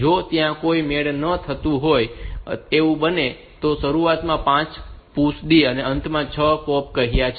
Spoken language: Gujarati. જો ત્યાં કોઈ મેળ ખાતું ન હોય તો એવું બને કે મેં શરૂઆતમાં 5 PUSH અને અંતમાં 6 POP કહ્યા છે